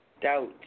doubt